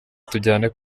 tujyane